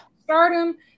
stardom